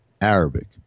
Arabic